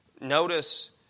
notice